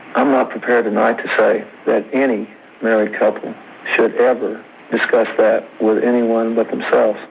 i'm not prepared tonight to say that any married couple should ever discuss that with anyone but themselves.